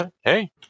Hey